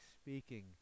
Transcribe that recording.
speaking